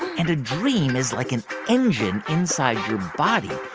and a dream is like an engine inside your body,